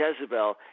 Jezebel